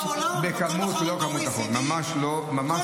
חבר הכנסת טופורובסקי, זה שקר שמשקיעים מיליארדים?